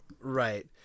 Right